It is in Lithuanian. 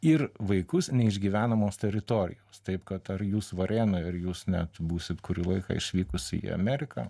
ir vaikus ne iš gyvenamos teritorijos taip kad ar jūs varėnoj ir jūs net būsit kurį laiką išvykusi į ameriką